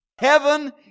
Heaven